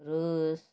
Russia